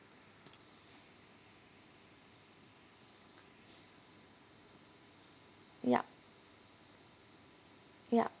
yup yup